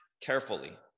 carefully